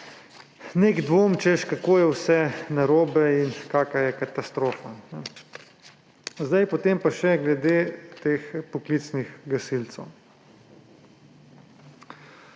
nek dvom, češ, kako je vse narobe in kakšna je katastrofa. Potem pa še glede poklicnih gasilcev.